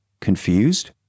Confused